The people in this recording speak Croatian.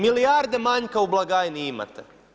Milijarde manjka u blagajni imate.